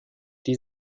die